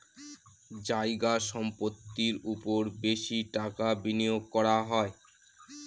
জায়গা সম্পত্তির ওপর বেশি টাকা বিনিয়োগ করা হয়